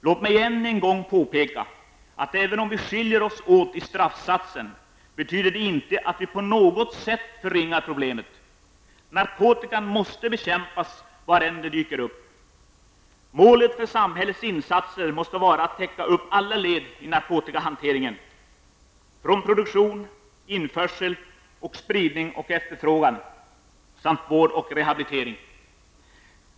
Låt mig än en gång påpeka att även om vi skiljer oss åt i fråga om straffsatsen, betyder det inte att vi på något sätt föringar problemet. Narkotikan måste bekämpas var än den dyker upp. Målet för samhällets insatser måste vara att täcka upp alla led i narkotikahanteringen, från produktion, införsel, spridning och efterfrågan till vård och rehabilitering.